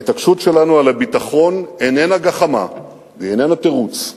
וההתעקשות שלנו על הביטחון איננה גחמה ואיננה תירוץ.